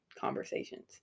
conversations